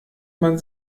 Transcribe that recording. man